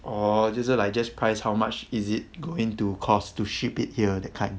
哦就是 like just price how much is it to go into cost to ship it here that kind